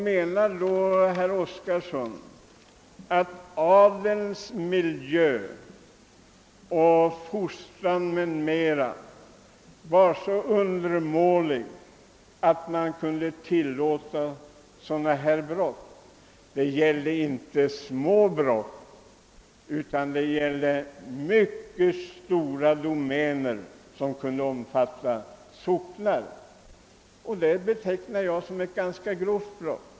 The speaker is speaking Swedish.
Menar herr Oskarson att adelns miljö, fostran m.m. var så undermålig att sådana brott kan förklaras därav? Det rörde sig inte om småsaker utan om mycket stora domäner som kunde omfatta socknar. Enligt min mening måste man beteckna detta som ett ganska grovt brott.